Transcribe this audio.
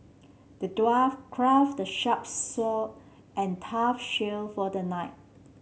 the dwarf crafted a sharp sword and tough shield for the knight